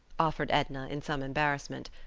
offered edna, in some embarrassment,